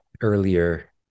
earlier